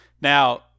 Now